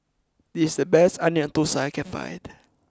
this is the best Onion Thosai that I can find